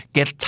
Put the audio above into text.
Get